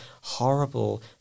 horrible